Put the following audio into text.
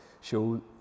show